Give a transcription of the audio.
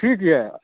ठीक यऽ